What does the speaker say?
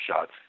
shots